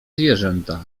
zwierzętach